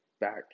back